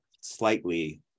slightly